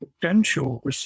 potential